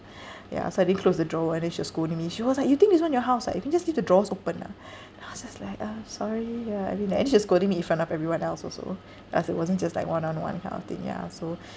ya so I didn't close the drawer and then she was scolding me she was like you think this [one] your house ah you can just leave the drawers opened ah then I was just like uh sorry ya I mean like and then she's scolding me in front of everyone else also plus it wasn't just like one on one kind of thing ya so